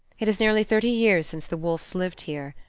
it is nearly thirty years since the wolfes lived here.